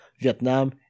Vietnam